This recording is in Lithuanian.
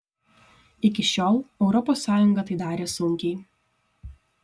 iki šiol europos sąjunga tai darė sunkiai